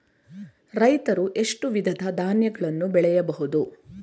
ರೈತರು ಎಷ್ಟು ವಿಧದ ಧಾನ್ಯಗಳನ್ನು ಬೆಳೆಯಬಹುದು?